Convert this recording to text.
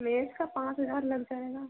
चलिए इसका पाँच हज़ार लग जाएगा